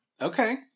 Okay